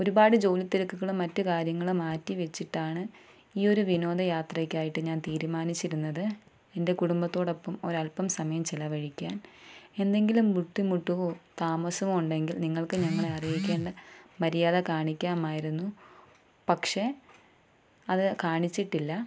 ഒരുപാട് ജോലി തിരക്കുകളും മറ്റുകാര്യങ്ങളും മാറ്റി വെച്ചിട്ടാണ് ഈ ഒരു വിനോദയാത്രയ്ക്കായിട്ട് ഞാന് തീരുമാനിച്ചിരുന്നത് എൻ്റെ കുടുംബത്തോടൊപ്പം ഒരല്പം സമയം ചെലവഴിക്കാൻ എന്തെങ്കിലും ബുദ്ധിമുട്ടോ താമസമോ ഉണ്ടെങ്കിൽ നിങ്ങൾക്ക് ഞങ്ങളെ അറിയിക്കേണ്ട മര്യാദ കാണിക്കാമായിരുന്നു പക്ഷേ അത് കാണിച്ചിട്ടില്ല